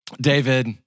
David